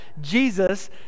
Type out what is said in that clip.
Jesus